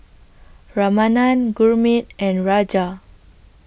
Ramanand Gurmeet and Raja